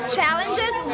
challenges